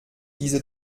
diese